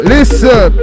Listen